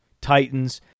Titans